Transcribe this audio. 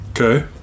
Okay